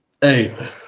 Hey